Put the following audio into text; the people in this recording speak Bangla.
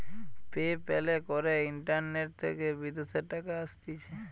পে প্যালে করে ইন্টারনেট থেকে বিদেশের টাকা আসতিছে